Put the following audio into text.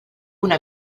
una